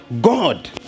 God